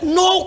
no